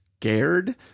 scared